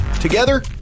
Together